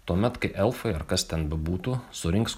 tuomet kai elfai ar kas ten bebūtų surinks